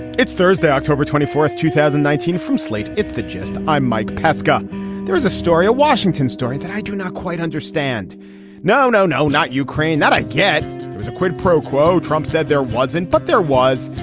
its thursday october twenty fourth two thousand and nineteen from slate. it's the gist. i'm mike pesca there is a story a washington story that i do not quite understand no no no not ukraine that i get it was a quid pro quo. trump said there wasn't but there was.